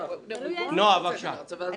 נועה, בבקשה.